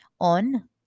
on